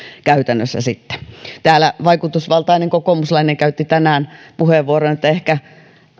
käytännössä täällä vaikutusvaltainen kokoomuslainen käytti tänään puheenvuoron että ehkä